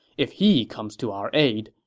if he comes to our aid,